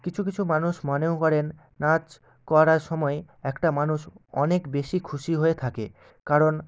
কিছু কিছু মানুষ মনেও করেন নাচ করার সময় একটা মানুষ অনেক বেশি খুশি হয়ে থাকে কারণ